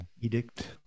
Edict